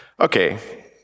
Okay